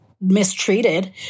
mistreated